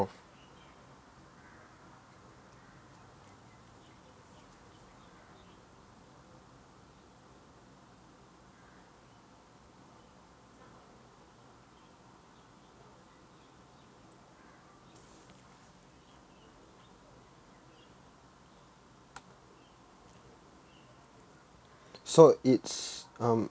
so it's um